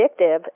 addictive